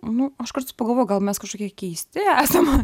nu aš kartais pagalvoju gal mes kažkokie keisti esam